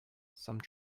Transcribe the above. some